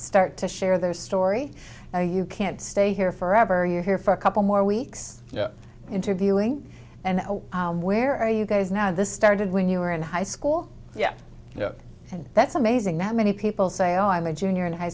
start to share their story or you can't stay here forever you're here for a couple more weeks interviewing and where are you guys now this started when you were in high school yeah you know and that's amazing that many people say oh i'm a junior in high